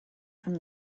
from